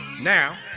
Now